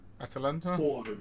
Atalanta